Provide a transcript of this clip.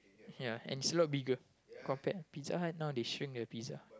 ya and it's a lot bigger compared Pizza Hut now they shrink the Pizza